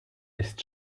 ist